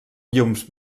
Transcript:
llums